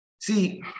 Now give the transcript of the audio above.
See